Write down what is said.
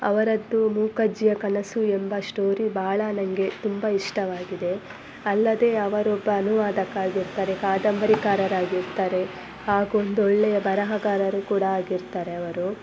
ಅವರದ್ದು ಮೂಕಜ್ಜಿಯ ಕನಸು ಎಂಬ ಸ್ಟೋರಿ ಭಾಳ ನನಗೆ ತುಂಬ ಇಷ್ಟವಾಗಿದೆ ಅಲ್ಲದೆ ಅವರೊಬ್ಬ ಅನುವಾದಕ ಆಗಿರ್ತಾರೆ ಕಾದಂಬರಿಕಾರರಾಗಿರ್ತಾರೆ ಹಾಗೊಂದು ಒಳ್ಳೆಯ ಬರಹಗಾರರು ಕೂಡ ಆಗಿರ್ತಾರೆ ಅವರು